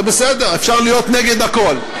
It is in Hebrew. זה בסדר, אפשר להיות נגד הכול.